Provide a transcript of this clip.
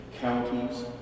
counties